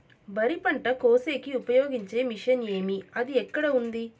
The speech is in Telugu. వరి పంట కోసేకి ఉపయోగించే మిషన్ ఏమి అది ఎక్కడ ఉంది?